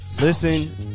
Listen